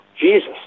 Jesus